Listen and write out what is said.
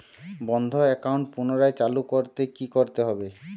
বন্ধ একাউন্ট পুনরায় চালু করতে কি করতে হবে?